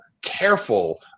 careful